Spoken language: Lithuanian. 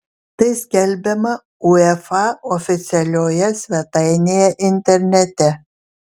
tai skelbiama uefa oficialioje svetainėje internete